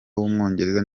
w’umwongereza